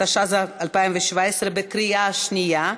התשע"ז 2017, בקריאה שנייה.